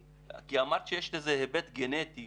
אמרת שיש לזה היבט גנטי